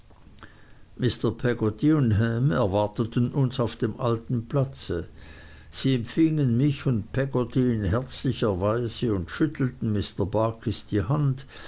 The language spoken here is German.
mr peggotty und ham erwarteten uns auf dem alten platze sie empfingen mich und peggotty in herzlicher weise und schüttelten mr barkis die hand